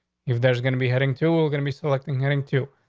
if there's gonna be heading to, we're we're gonna be selecting getting too.